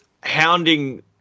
hounding